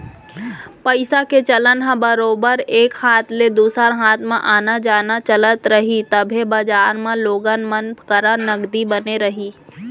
पइसा के चलन ह बरोबर एक हाथ ले दूसर हाथ म आना जाना चलत रही तभे बजार म लोगन मन करा नगदी बने रही